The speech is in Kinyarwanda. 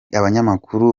abanyamakuru